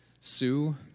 Sue